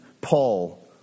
Paul